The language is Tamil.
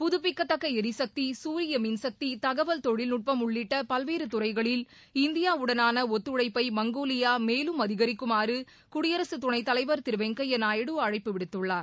புதுபிக்கத்தக்க எரிசக்தி சூரிய மின்சக்தி தகவல் தொழில்நுட்பம் உள்ளிட்ட பல்வேறு துறைகளில் இந்தியாவுடனான ஒத்துழைப்பை மங்கோலியா மேலும் அதிகரிக்குமாறு குடியரசுத் துணை தலைவர் திரு வெங்கைய்யா நாயுடு அழைப்பு விடுத்துள்ளார்